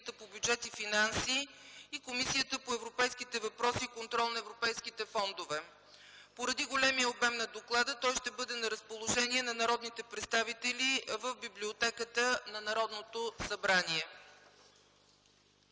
Комисията по бюджет и финанси и Комисията по европейските въпроси и контрол на европейските фондове. Поради големия обем на доклада, той ще бъде на разположение на народните представители в Библиотеката на Народното събрание.